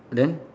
then